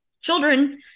children